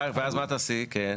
ואז מה תעשי, כן?